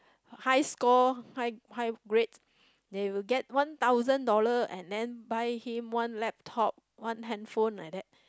high score high high grade they will get one thousand dollar and then buy him one laptop one handphone like that